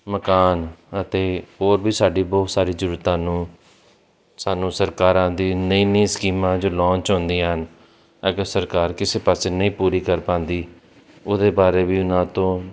ਮਕਾਨ ਅਤੇ ਹੋਰ ਵੀ ਸਾਡੀ ਬਹੁਤ ਸਾਰੀ ਜ਼ਰੂਰਤਾਂ ਨੂੰ ਸਾਨੂੰ ਸਰਕਾਰਾਂ ਦੀ ਨਵੀਂ ਨਵੀਂ ਸਕੀਮਾਂ ਜੋ ਲਾਂਚ ਹੁੰਦੀਆਂ ਹਨ ਅਗਰ ਸਰਕਾਰ ਕਿਸੇ ਪਾਸੇ ਨਹੀਂ ਪੂਰੀ ਕਰ ਪਾਉਂਦੀ ਉਹਦੇ ਬਾਰੇ ਵੀ ਉਹਨਾਂ ਤੋਂ